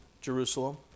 Jerusalem